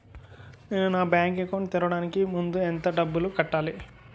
నేను నా bank account తెరవడానికి ముందు ఎంత డబ్బులు కట్టాలి?